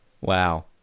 Wow